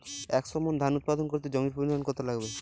একশো মন ধান উৎপাদন করতে জমির পরিমাণ কত লাগবে?